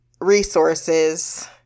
resources